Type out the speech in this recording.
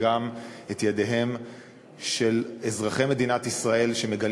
וגם את ידי אזרחי מדינת ישראל שמגלים